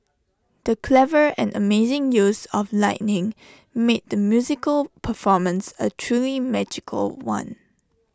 the clever and amazing use of lighting made the musical performance A truly magical one